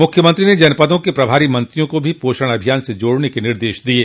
मुख्यमंत्री ने जनपदों के प्रभारी मंत्रियों को भी पोषण अभियान से जोड़ने के निर्देश दिये